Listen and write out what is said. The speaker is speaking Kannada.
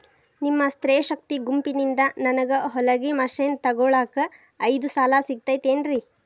ನಿಮ್ಮ ಸ್ತ್ರೇ ಶಕ್ತಿ ಗುಂಪಿನಿಂದ ನನಗ ಹೊಲಗಿ ಮಷೇನ್ ತೊಗೋಳಾಕ್ ಐದು ಸಾಲ ಸಿಗತೈತೇನ್ರಿ?